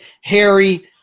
Harry